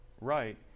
right